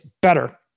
better